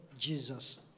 Jesus